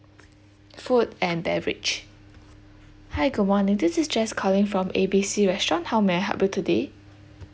food and beverage hi good morning this is jess calling from A B C restaurant how may I help you today